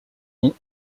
ont